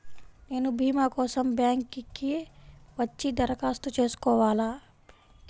నేను భీమా కోసం బ్యాంక్కి వచ్చి దరఖాస్తు చేసుకోవాలా?